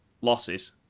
losses